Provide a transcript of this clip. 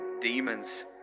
Demons